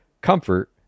comfort